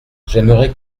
j’aimerais